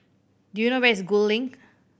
do you know where is Gul Link